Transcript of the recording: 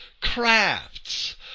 crafts